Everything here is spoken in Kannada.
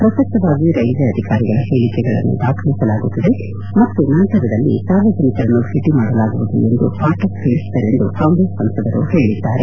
ಪ್ರಸಕ್ತವಾಗಿ ರೈಲ್ವೇ ಅಧಿಕಾರಿಗಳ ಹೇಳಿಕೆಗಳನ್ನು ದಾಖಲಿಸಲಾಗುತ್ತಿದೆ ಮತ್ತು ನಂತರದಲ್ಲಿ ಸಾರ್ವಜನಿಕರನ್ನು ಭೇಟಿ ಮಾಡಲಾಗುವುದು ಎಂದು ಪಾಠಕ್ ತಿಳಿಸಿದರೆಂದು ಕಾಂಗ್ರೆಸ್ ಸಂಸದರು ಹೇಳಿದ್ದಾರೆ